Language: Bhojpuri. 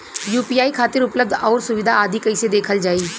यू.पी.आई खातिर उपलब्ध आउर सुविधा आदि कइसे देखल जाइ?